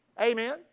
Amen